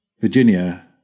Virginia